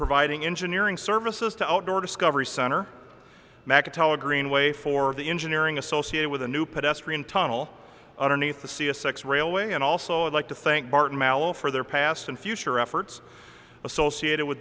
providing engineering services to outdoor discovery center mactel a greenway for the engineering associated with a new pedestrian tunnel underneath the sea a six railway and also like to thank barton mallow for their past and future efforts associated with